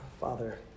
Father